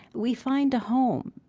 we find a home.